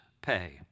pay